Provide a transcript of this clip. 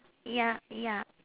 ya ya